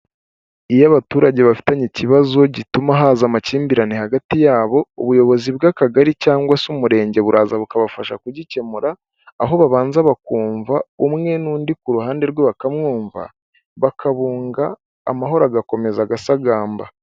Iyo abaturage bafitanye ikibazo gituma haza amakimbirane hagati yabo ubuyobozi bw'akagari cyangwa se umurenge buraza bukabafasha kugikemura, aho babanza bakumva umwe n'undi ku ruhande rwe bakamwumva bakabunga amahoro agakomeza agasagamba.